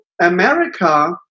America